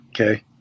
okay